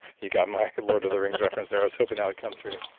you got my lord of the rings reference there, i was hoping that would come through